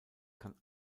kann